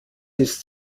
ist